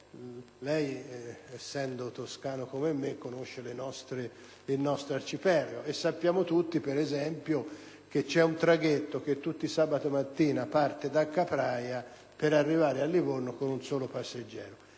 me, senatore Filippi, lei conosce il nostro arcipelago e sappiamo tutti, per esempio, che vi è un traghetto che tutti i sabato mattina parte da Capraia per arrivare a Livorno con un solo passeggero.